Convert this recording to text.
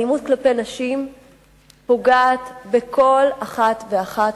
האלימות כלפי נשים פוגעת בכל אחת ואחת,